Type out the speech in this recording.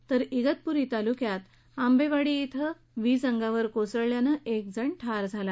तर इगतपुरी तालुक्यात आंबेवाडी इथं वीज अंगावर कोसळल्यानं एक जण ठार झाला